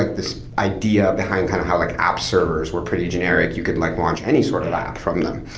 like this idea behind kind of how like app servers were pretty generic, you could like launch any sort of app from them.